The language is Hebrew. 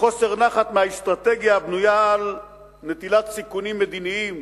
וחוסר נחת מהאסטרטגיה הבנויה על נטילת סיכונים מדיניים.